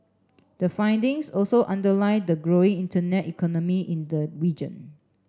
the findings also underlie the growing internet economy in the region